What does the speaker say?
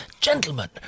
gentlemen